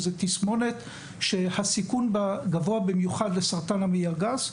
שזאת תסמונת שהסיכון בה גבוה במיוחד לסרטן המעי הגס.